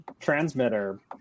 transmitter